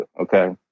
okay